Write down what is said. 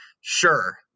sure